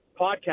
podcast